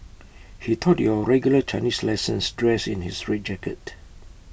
he taught your regular Chinese lessons dressed in his red jacket